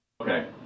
okay